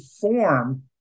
form